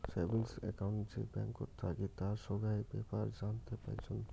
savings account যে ব্যাঙ্কত থাকি তার সোগায় বেপার জানতে পাইচুঙ